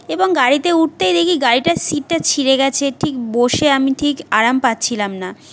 এবং গাড়িতে উঠতেই দেখি গাড়িটার সিটটা ছিঁড়ে গেছে ঠিক বসে আমি ঠিক আরাম পাচ্ছিলাম না